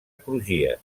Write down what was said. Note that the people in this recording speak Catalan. crugies